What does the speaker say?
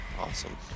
awesome